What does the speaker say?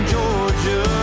Georgia